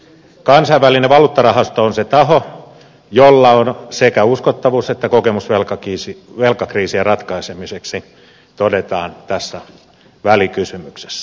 kansainvälinen valuuttarahasto on se taho jolla on sekä uskottavuus että kokemus velkakriisien ratkaisemiseen todetaan tässä välikysymyksessä